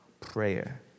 prayer